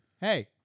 Hey